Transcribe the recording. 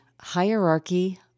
hierarchy